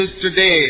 today